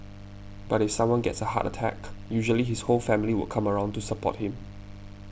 but if someone gets a heart attack usually his whole family would come around to support him